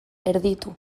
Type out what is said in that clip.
erditu